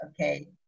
okay